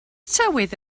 tywydd